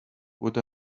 what